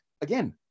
again